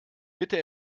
mitte